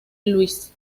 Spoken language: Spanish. luis